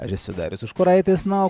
aš esu darius užkuraitis na o